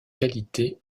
qualité